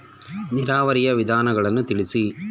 ನೀರಾವರಿಯ ವಿಧಾನಗಳನ್ನು ತಿಳಿಸಿ?